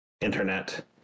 internet